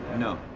no.